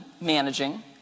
managing